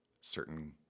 certain